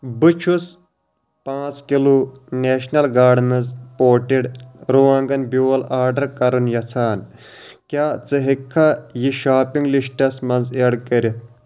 بہٕ چھُس پانٛژھ کِلوٗ نیشنَل گاڈنٕز پوٹِڈ رُوانٛگَن بیول آرڈر کرٕنۍ یژھان کیٛاہ ژٕ ہیٚککھا یہِ شاپِنٛگ لِسٹَس منٛز اٮ۪ڈ کٔرِتھ